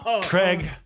Craig